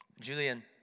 Julian